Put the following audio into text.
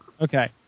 okay